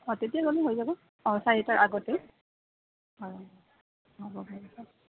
অঁ তেতিয়া গ'লে হৈ যাব অঁ চাৰিটাৰ আগতেই হয় হ'ব বাৰু